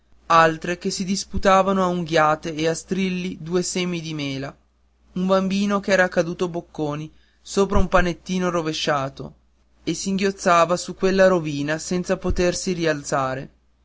altre che si disputavano a unghiate e a strilli due semi di mela un bimbo che era caduto bocconi sopra un panchettino rovesciato e singhiozzava su quella rovina senza potersi rialzare